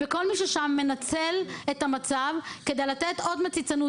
וכל מי ששם מנצל את המצב כדי לתת עוד מציצנות.